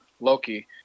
Loki